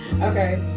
Okay